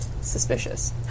Suspicious